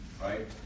right